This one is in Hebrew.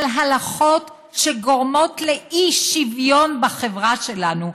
על הלכות שגורמות לאי-שוויון בחברה שלנו.